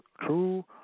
true